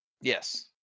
Yes